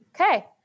Okay